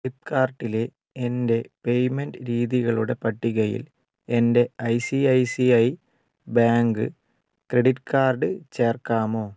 ഫ്ലിപ്പ്കാർട്ടിലെ എൻ്റെ പേയ്മെന്റ് രീതികളുടെ പട്ടികയിൽ എൻ്റെ I C I C I bank credit card ചേർക്കാമോ